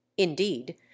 indeed